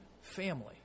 family